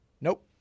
nope